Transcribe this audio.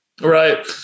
right